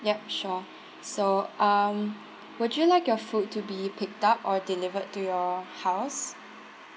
yup sure so um would you like your food to be picked up or delivered to your house